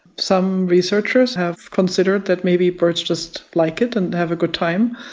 some researchers have considered that maybe birds just like it and have a good time.